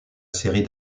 série